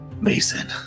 Mason